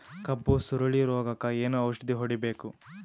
ಕಬ್ಬು ಸುರಳೀರೋಗಕ ಏನು ಔಷಧಿ ಹೋಡಿಬೇಕು?